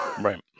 Right